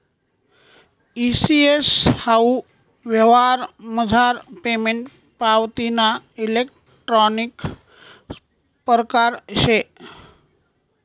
E CS हाऊ यवहारमझार payment पावतीना इलेक्ट्रानिक परकार शे